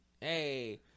Hey